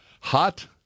Hot